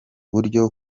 buryo